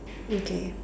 okay